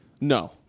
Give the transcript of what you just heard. No